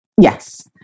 Yes